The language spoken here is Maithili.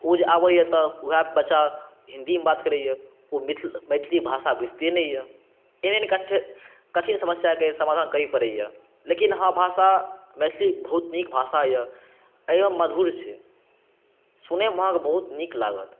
ओ जँ आबैए तऽ वएह बच्चा हिन्दीमे बात करैए ओ मिथिल मैथिली भाषा बुझिते नहि अइ एहन कठि कठिन समस्याके समाधान करै पड़ैए लेकिन हँ भाषा मैथिली बहुत नीक भाषा अइ एहिमे मधुर छै सुनैमे अहाँके बहुत नीक लागत